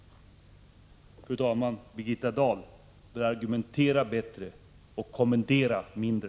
Fru talman! Birgitta Dahl bör argumentera bättre och kommendera mindre.